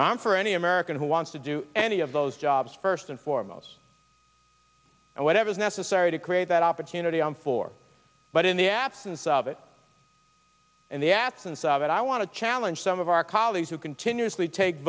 i'm for any american who wants to do any of those jobs first and foremost and whatever is necessary sorry to create that opportunity on for but in the absence of it and the absence of it i want to challenge some of our colleagues who continuously take